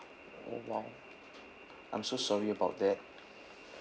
oh !wow! I'm so sorry about that